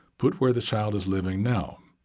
put where the child is living now.